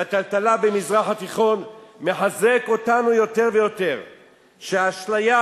והטלטלה במזרח התיכון מחזקים אותנו יותר ויותר שהאשליה